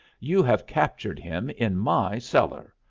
you have captured him in my cellar.